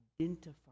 identify